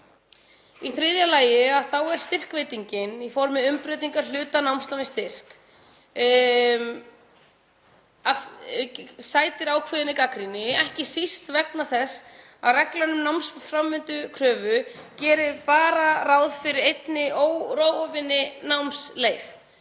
Í þriðja lagi sætir styrkveitingin í formi umbreytingar hluta námslána í styrk ákveðinni gagnrýni, ekki síst vegna þess að reglan um námsframvindukröfu gerir bara ráð fyrir einni órofinni námsleið.